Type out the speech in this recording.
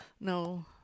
No